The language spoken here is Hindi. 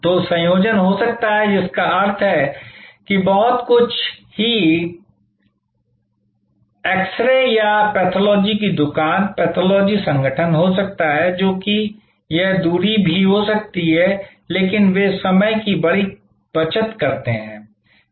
तो एक संयोजन हो सकता है जिसका अर्थ है कि कुछ बहुत ही एक्स रे या एक पैथोलॉजी की दुकान पैथोलॉजी संगठन हो सकता है जो कि यह दूरी भी हो सकती है लेकिन वे समय की बड़ी बचत करते हैं